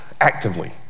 actively